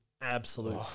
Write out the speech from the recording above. absolute